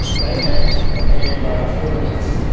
they had hair-like filaments,